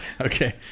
okay